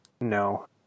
No